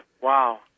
Wow